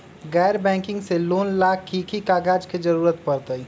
गैर बैंकिंग से लोन ला की की कागज के जरूरत पड़तै?